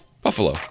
Buffalo